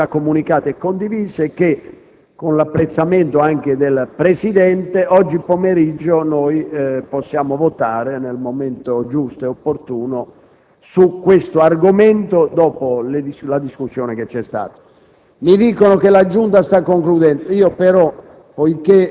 di voto, resta stabilito, secondo quanto già comunicato e condiviso, che, con l'apprezzamento anche del Presidente, oggi pomeriggio potremo votare nel momento giusto e opportuno su questo argomento, dopo la discussione che c'è stata.